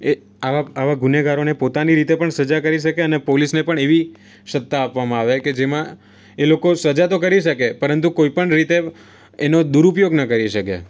એ આવા આવા ગુનેગારોને પોતાની રીતે પણ સજા કરી શકે અને પોલીસને પણ એવી સત્તા આપવામાં આવે કે જેમાં એ લોકો સજા તો કરી શેકે પરંતુ કોઈપણ રીતે એનો દૂરુપયોગ ન કરી શકે